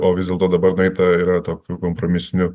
o vis dėlto dabar nueita yra tokiu kompromisiniu